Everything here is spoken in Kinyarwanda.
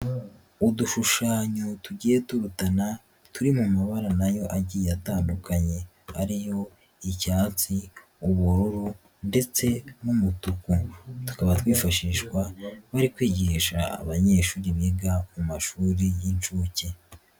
Udushushanyo tugiye durutana turi mu mabara na yo agiye atandukanye ari yo icyatsi, ubururu ndetse n'umutuku, tukaba twifashishwa bari kwigisha abanyeshuri biga mu mashuri y'inshuke.